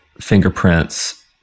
fingerprints